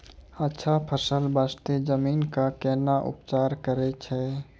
अच्छा फसल बास्ते जमीन कऽ कै ना उपचार करैय छै